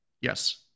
Yes